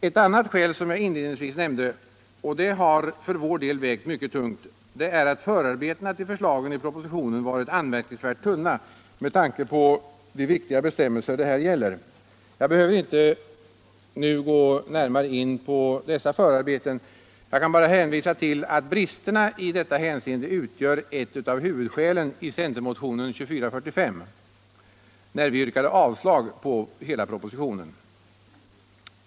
Ett annat skäl som jag inledningsvis nämnde — och det har för vår del vägt mycket tungt — är att förarbetena till förslagen i propositionen varit anmärkningsvärt tunna med tanke på de viktiga bestämmelser det här gäller. Jag behöver inte nu gå närmare in på dessa förarbeten. Jag kan bara hänvisa till att bristerna i detta hänseende utgjort ett av huvudskälen i centermotionen 2445, när vi yrkade avslag på hela propositionen.